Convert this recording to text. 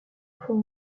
font